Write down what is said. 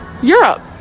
Europe